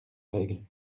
règle